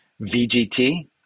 VGT